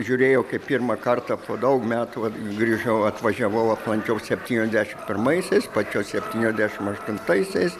žiūrėjau kai pirmą kartą po daug metų grįžau atvažiavau aplankiau septyniasdešim pirmaisiais pačio septyniasdešim aštuntaisiais